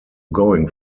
going